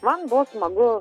man buvo smagu